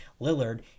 Lillard